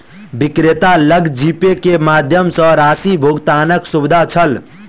विक्रेता लग जीपे के माध्यम सॅ राशि भुगतानक सुविधा छल